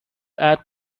add